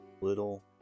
little